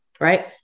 right